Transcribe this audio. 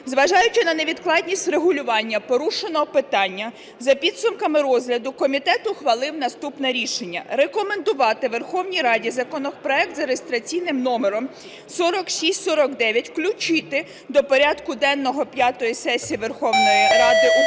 Зважаючи на невідкладність врегулювання порушеного питання, за підсумками розгляду комітет ухвалив наступне рішення: рекомендувати Верховній Раді законопроект за реєстраційним номером 4649 включити до порядку денного п'ятої сесії Верховної Ради України